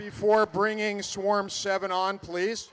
before bringing swarm seven on please